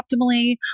optimally